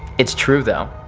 it's true though.